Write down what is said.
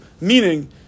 Meaning